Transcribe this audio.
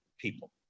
people